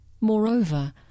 Moreover